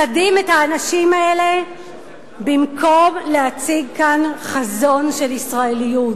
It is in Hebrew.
צדים את האנשים האלה במקום להציג כאן חזון של ישראליות,